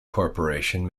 corporation